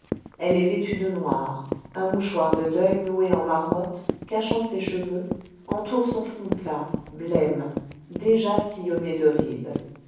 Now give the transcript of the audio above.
elle est vêtue de noir un mouchoir de deuil noué en marmotte cachant ses cheveux entoure son front plat blême déjà sillonné de rides